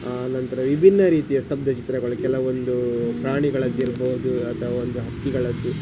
ಆ ನಂತರ ವಿಭಿನ್ನ ರೀತಿಯ ಸ್ತಬ್ಧ ಚಿತ್ರಗಳು ಕೆಲವೊಂದು ಪ್ರಾಣಿಗಳದ್ದು ಇರಬಹುದು ಅಥವಾ ಒಂದು ಹಕ್ಕಿಗಳದ್ದು